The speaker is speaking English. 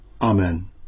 Amen